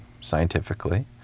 scientifically